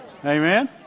amen